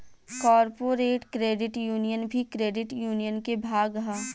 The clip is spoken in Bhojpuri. कॉरपोरेट क्रेडिट यूनियन भी क्रेडिट यूनियन के भाग ह